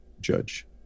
Judge